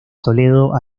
toledo